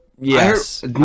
Yes